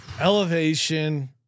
elevation